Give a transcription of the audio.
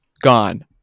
Gone